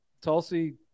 Tulsi